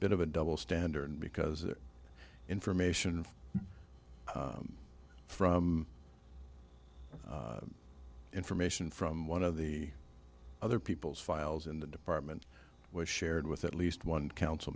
bit of a double standard because information from information from one of the other people's files in the department was shared with at least one council